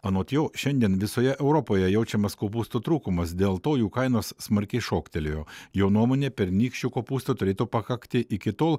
anot jo šiandien visoje europoje jaučiamas kopūstų trūkumas dėl to jų kainos smarkiai šoktelėjo jo nuomone pernykščių kopūstų turėtų pakakti iki tol